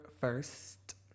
first